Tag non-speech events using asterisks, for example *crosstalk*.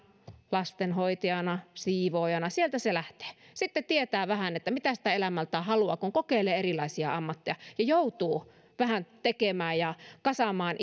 lastenhoitajana siivoojana sieltä se lähtee sitten tietää vähän mitä sitä elämältään haluaa kun kokeilee erilaisia ammatteja ja joutuu vähän tekemään ja kasaamaan *unintelligible*